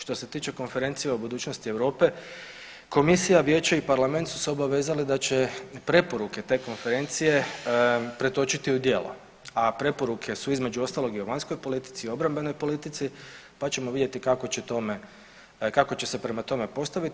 Što se tiče konferencije o budućnosti Europe, komisija, vijeće i parlament su se obavezali da će preporuke te konferencije pretočiti u djela, a preporuke su između ostalog i o vanjskoj politici, obrambenoj politici pa ćemo vidjeti kako ćemo kako će se prema tome postaviti.